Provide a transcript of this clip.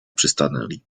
przystanęli